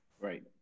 Right